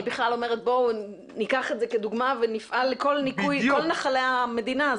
אני בכלל אומרת בואו ניקח את זה כדוגמה ונפעל לניקוי כל נחלי המדינה.